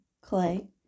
clay